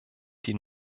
die